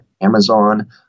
Amazon